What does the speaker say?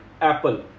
Apple